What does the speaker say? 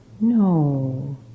No